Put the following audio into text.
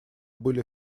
были